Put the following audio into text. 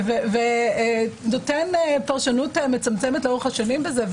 ונותן פרשנות מצמצמת לאורך השנים בזה.